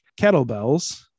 kettlebells